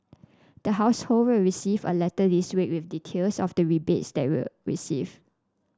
the household will receive a letter this week with details of the rebates they will receive